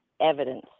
evidence